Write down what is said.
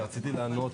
רציתי לענות.